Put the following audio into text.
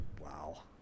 Wow